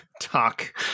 talk